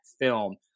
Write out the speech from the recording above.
film